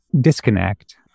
disconnect